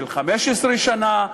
של 15 שנה,